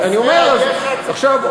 אני אומר, חסרי הישע, צריך לדאוג להם.